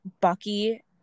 Bucky